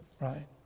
right